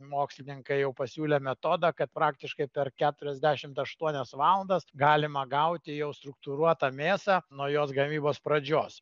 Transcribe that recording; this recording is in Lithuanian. mokslininkai jau pasiūlė metodą kad praktiškai per keturiasdešimt aštuonias valandas galima gauti jau struktūruotą mėsą nuo jos gamybos pradžios